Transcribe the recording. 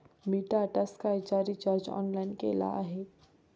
मी टाटा स्कायचा recharge online केला आहे